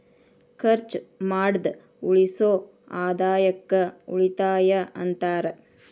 ಖರ್ಚ್ ಮಾಡ್ದ ಉಳಿಸೋ ಆದಾಯಕ್ಕ ಉಳಿತಾಯ ಅಂತಾರ